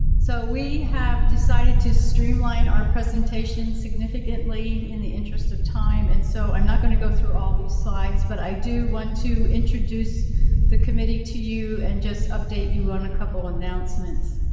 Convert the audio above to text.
so, we have decided to streamline our presentation significantly in the interest of time, and so i'm not going to go through all these slides. but, i do want to introduce the committee to you and just update you on a couple of announcements.